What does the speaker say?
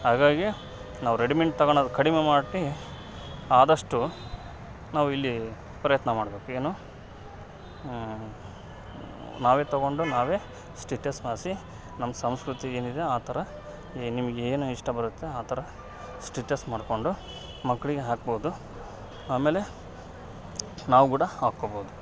ಹಾಗಾಗಿ ನಾವು ರೆಡಿಮೆಂಟ್ ತಗೋಳದು ಕಡಿಮೆ ಮಾಡಿ ಆದಷ್ಟು ನಾವಿಲ್ಲಿ ಪ್ರಯತ್ನ ಮಾಡಬೇಕು ಏನು ನಾವೇ ತೊಗೊಂಡು ನಾವೇ ಸ್ಟಿಚಸ್ ಹಾಕ್ಸಿ ನಮ್ಮ ಸಂಸ್ಕೃತಿ ಏನಿದೆ ಆ ಥರ ನಿಮಗ್ ಏನು ಇಷ್ಟ ಬರುತ್ತೆ ಆ ಥರ ಸ್ಟಿಚಸ್ ಮಾಡ್ಕೊಂಡು ಮಕ್ಕಳಿಗೆ ಹಾಕ್ಬೋದು ಆಮೇಲೆ ನಾವು ಕೂಡ ಹಾಕೊಬೋದು